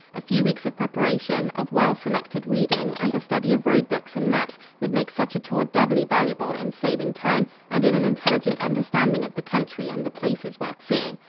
a few weeks of preparation, of well selected reading and the study of road-books and maps would make such a tour doubly valuable in saving time and in an intelligent understanding of the country and the places worth seeing.